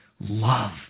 love